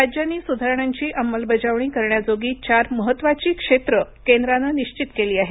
राज्यांनी सुधारणांची अंमलबजावणी करण्याजोगी चार महत्त्वाची क्षेत्रं केंद्रानं निश्वित केली आहेत